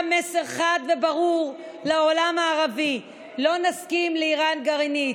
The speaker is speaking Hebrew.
מסר חד וברור לעולם הערבי: לא נסכים לאיראן גרעינית.